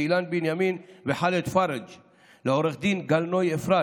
אילן בנימין וחאלד פארג'; לעו"ד גל נוי אפרת,